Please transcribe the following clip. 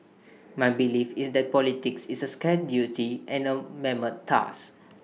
my belief is that politics is A scared duty and A mammoth task